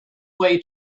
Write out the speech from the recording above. way